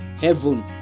heaven